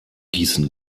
gießen